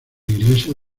iglesias